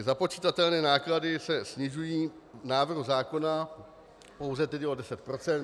Započitatelné náklady se snižují v návrhu zákona pouze o deset procent.